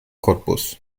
cottbus